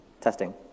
Testing